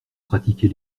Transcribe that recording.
pratiquer